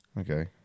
Okay